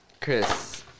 Chris